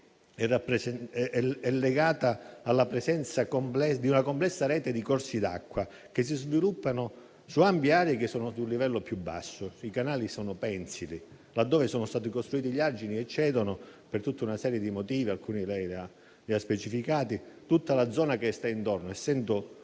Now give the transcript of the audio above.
è legata alla presenza di una complessa rete di corsi d'acqua che si sviluppano su ampie aree che sono a un livello più basso. I canali sono pensili. Laddove sono stati costruiti gli argini e cedono per tutta una serie di motivi - alcuni lei li ha specificati - tutta la zona che sta intorno, essendo